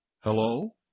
Hello